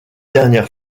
dernière